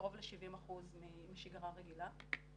קרוב ל-70% משגרה רגילה.